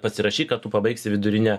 pasirašyk kad tu pabaigsi vidurinę